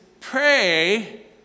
pray